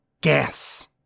Gas